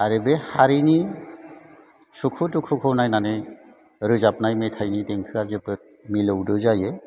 आरो बे हारिनि सुखु दुखुखौ नायनानै रोजाबनाय मेथाइनि देंखोया जोबोद मिलौदो जायो